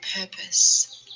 purpose